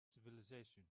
civilization